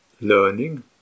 learning